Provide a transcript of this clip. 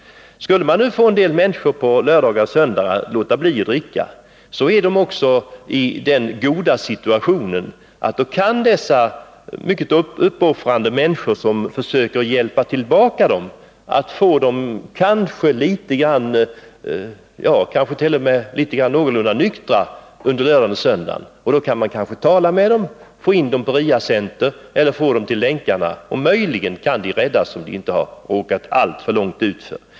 Kunde man få en del människor att låta bli att dricka på lördagar och söndagar, är de också i den goda situationen att de mycket uppoffrande människor som försöker hjälpa dem tillbaka kan få dem att hålla sig någorlunda nyktra under lördagen och söndagen. Då kan man kanske tala med dem och få in dem på RIA-center eller få dem till Länkarna, och möjligen kan de räddas om de inte har råkat komma alltför långt utför.